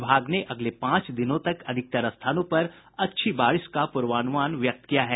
विभाग ने अगले पांच दिनों तक अधिकतर स्थानों पर अच्छी बारिश का पूर्वानुमान व्यक्त किया है